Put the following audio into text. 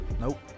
Nope